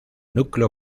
núcleo